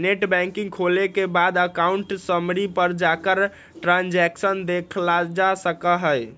net banking खोले के बाद अकाउंट समरी पर जाकर ट्रांसैक्शन देखलजा सका हई